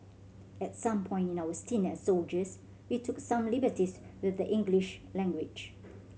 at some point in our stint as soldiers we took some liberties with the English language